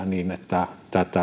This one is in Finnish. niin että